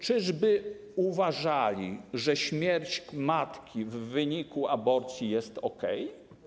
Czyżby uważali, że śmierć matki w wyniku aborcji jest okej?